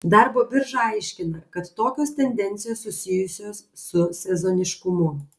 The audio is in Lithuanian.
darbo birža aiškina kad tokios tendencijos susijusios su sezoniškumu